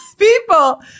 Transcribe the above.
People